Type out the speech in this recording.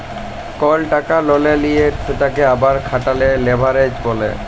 call টাকা ললে লিঁয়ে সেটকে আবার খাটালে লেভারেজ ব্যলে